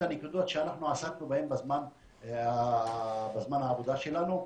הנקודות שאנחנו עסקנו בהן בזמן העבודה שלנו,